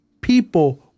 people